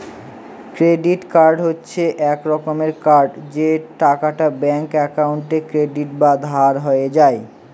credit card হচ্ছে এক রকমের কার্ড যে টাকাটা ব্যাঙ্ক একাউন্টে ক্রেডিট বা ধার হয়ে যায়